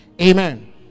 Amen